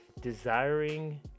desiring